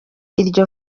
iryo